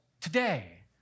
today